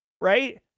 right